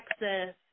Texas